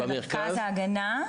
במרכז ההגנה.